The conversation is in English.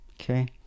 Okay